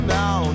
now